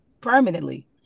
permanently